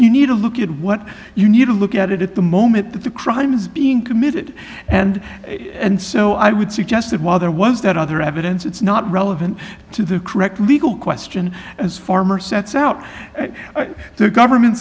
you need to look at what you need to look at it at the moment that the crime is being committed and and so i would suggest that while there was that other evidence it's not relevant to the correct legal question as farmer sets out the government